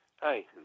Hi